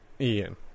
Ian